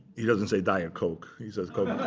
he doesn't say diet coke, he says